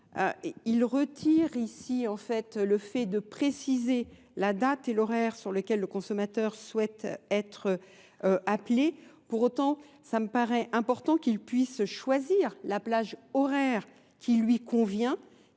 il retire ici en fait le fait de préciser la date et l'horaire sur lequel le consommateur souhaite être pour autant ça me paraît important qu'il puisse choisir la plage horaire qui lui convient